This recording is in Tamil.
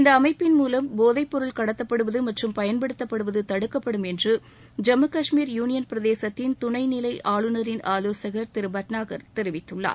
இந்த அமைப்பின் மூலம் போதைப் பொருள் கட்டதப்படுவது மற்றும் பயன்படுத்தப்படுவது தடுக்கப்படும் என்று ஜம்மு காஷ்மீர் யூளியன் பிரதேசத்தின் துணைநிலை ஆளுநரின் ஆலோசகர் திரு பட்நாகர் தெரிவித்துள்ளார்